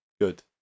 Good